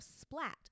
splat